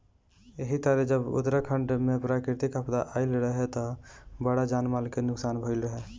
एही तरे जब उत्तराखंड में प्राकृतिक आपदा आईल रहे त बड़ा जान माल के नुकसान भईल रहे